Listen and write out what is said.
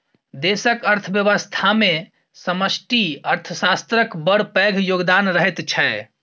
देशक अर्थव्यवस्थामे समष्टि अर्थशास्त्रक बड़ पैघ योगदान रहैत छै